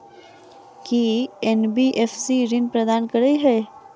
की NBFC ऋण प्रदान करे है?